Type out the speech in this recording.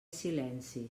silenci